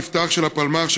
מח"ט יפתח של הפלמ"ח,